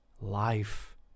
Life